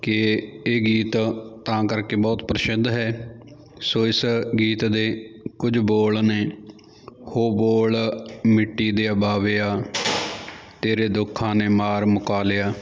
ਕਿ ਇਹ ਗੀਤ ਤਾਂ ਕਰਕੇ ਬਹੁਤ ਪ੍ਰਸਿੱਧ ਹੈ ਸੋ ਇਸ ਗੀਤ ਦੇ ਕੁਝ ਬੋਲ ਨੇ ਉਹ ਬੋਲ ਮਿੱਟੀ ਦੇ ਬਾਵਿਆ ਤੇਰੇ ਦੁੱਖਾਂ ਨੇ ਮਾਰ ਮੁਕਾ ਲਿਆ